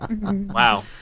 Wow